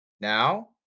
Now